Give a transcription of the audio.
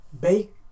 Bake